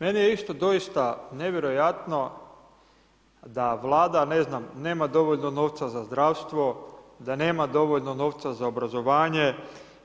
Meni je isto doista nevjerojatno, da Vlada, ne znam, nema dovoljno novaca za zdravstvo, da nema dovoljno novca za obrazovanje,